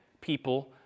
people